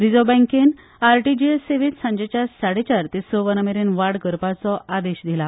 रिझव्ह बँकेन आरटीजीएस सेवेत सांजेच्या साडेचार ते स वरामेरेन वाढ करपाचो आदेश दिला